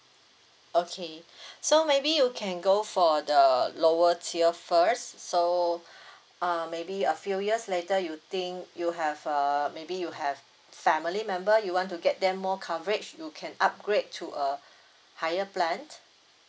okay so maybe you can go for the lower tier first so err maybe a few years later you think you have err maybe you have family member you want to get them more coverage you can upgrade to a higher plan